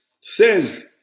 says